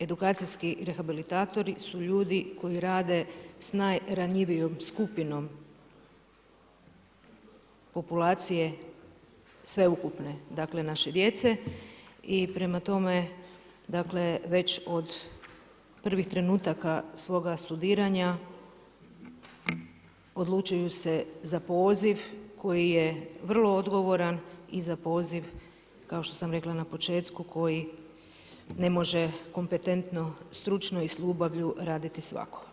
Edukacijski rehabilitatori su ljudi koji rade s najranjivijom skupinom populacije sveukupne, dakle naše djece i prema tome dakle već od prvih trenutaka svoja studiranja odlučuju se za poziv koji je vrlo odgovoran i za poziv kao što sam rekla na početku koji ne može kompetentno, stručno i s ljubavlju raditi svako.